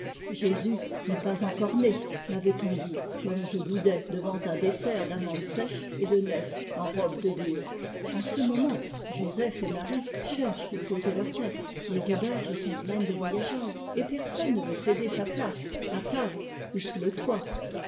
jésus n'est pas encore né mavait on dit comme je boudais devant un dessert d'amandes sèches et de nèfles en robe de bure en ce moment joseph et marie cherchent où poser leur tête les auberges sont pleines de voyageurs et personne ne veut céder sa place à table ou sous le toit